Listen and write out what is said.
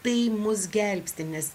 tai mus gelbsti nes